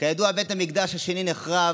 כידוע, בית המקדש השני נחרב